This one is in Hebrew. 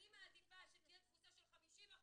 אני מעדיפה שתהיה תפוסה של 50%,